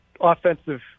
offensive